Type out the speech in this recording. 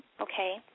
okay